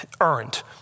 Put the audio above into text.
earned